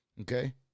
Okay